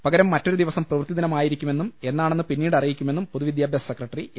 പകരം മറ്റൊരു ദിവസം പ്രവൃത്തിദിനമായിരിക്കുമെന്നും എന്നാണെന്ന് പിന്നീട് അറിയിക്കുമെന്നും പൊതുവിദ്യാഭ്യാസ സെക്രട്ടറി എ